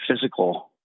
physical